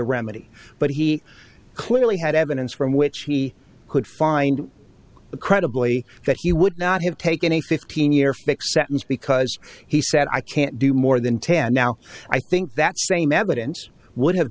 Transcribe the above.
a remedy but he clearly had evidence from which he could find the credibly that he would not have taken a fifteen year fixed sentence because he said i can't do more than ten now i think that same evidence would have